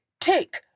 Take